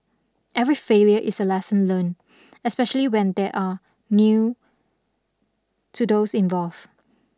every failure is a lesson learnt especially when there are new to those involved